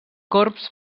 corbs